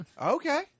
Okay